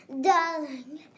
darling